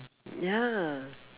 ya